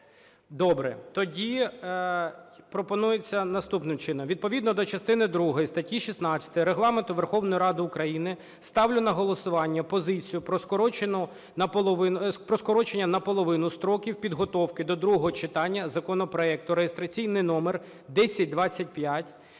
Добре. Тоді пропонується наступним чином. Відповідно до частини другої статті 16 Регламенту Верховної Ради України, ставлю на голосування позицію про скорочення наполовину строків підготовки до другого читання законопроекту (реєстраційний номер 1025)